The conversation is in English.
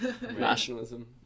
Nationalism